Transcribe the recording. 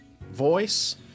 voice